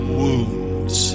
wounds